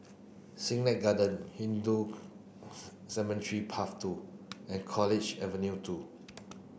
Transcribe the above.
Siglap Garden Hindu Cemetery Path two and College Avenue two